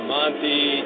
Monty